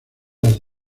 las